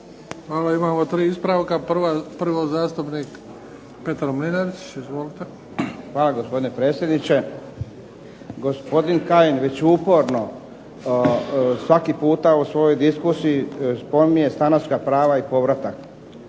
Hvala. Imamo tri ispravka. Prvo zastupnik Petar Mlinarić. Izvolite. **Mlinarić, Petar (HDZ)** Hvala gospodine predsjedniče. Gospodin Kajin već uporno svaki puta u svojoj diskusiji spominje stanarska prava i povratak.